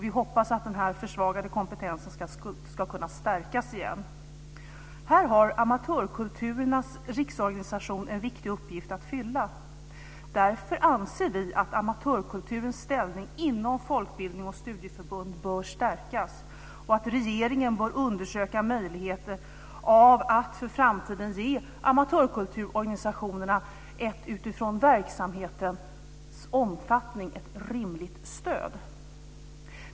Vi hoppas att den försvagade kompetensen ska kunna stärkas igen. Här har Amatörkulturernas riksorganisation en viktig uppgift att fylla. Därför anser vi att amatörkulturens ställning inom folkbildning och studieförbund bör stärkas och att regeringen bör undersöka möjligheterna att för framtiden ge amatörkulturorganisationerna ett utifrån verksamhetens omfattning rimligt stöd.